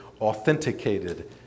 authenticated